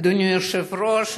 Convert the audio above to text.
אדוני היושב-ראש,